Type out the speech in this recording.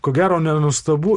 ko gero nenuostabu